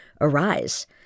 arise